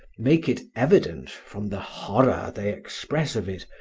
make it evident, from the horror they express of it,